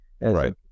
right